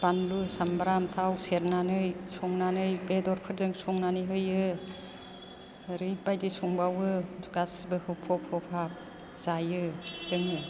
बानलु सामब्राम थाव सेरनानै संनानै बेदरफोरजों संनानै होयो ओरैबायदि संबावो गासिबो होफब होफाब जायो जोङो